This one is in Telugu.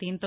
దీంతో